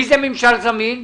מי זה ממשל זמין?